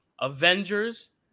Avengers